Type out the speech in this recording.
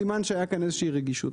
סימן שהייתה כאן איזושהי רגישות.